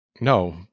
No